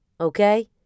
okay